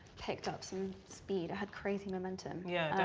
picked up some speed it had crazy momentum. yeah